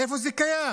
איפה זה קיים?